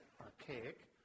archaic